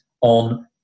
on